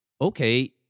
Okay